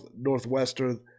Northwestern